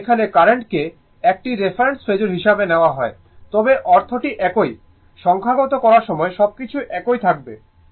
এবং এখানে কারেন্টকে একটি রেফারেন্স ফেজোর হিসাবে নেওয়া হয় তবে অর্থ টি একই সংখ্যাগত করার সময় সবকিছু একই থাকবে